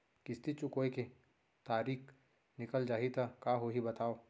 किस्ती चुकोय के तारीक निकल जाही त का होही बताव?